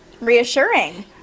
reassuring